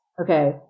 okay